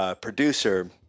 producer